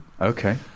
Okay